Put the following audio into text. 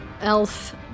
elf